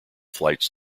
flights